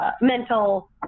mental